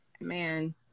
man